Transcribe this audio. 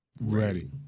ready